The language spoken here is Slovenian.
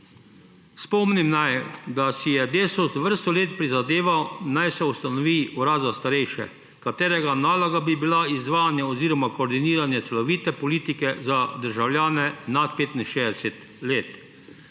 Spomnim naj, da si je Desus vrsto let prizadeval, naj se ustanovi urad za starejše, katerega naloga bi bila izvajanje oziroma koordiniranje celovite politike za državljane nad 65 let.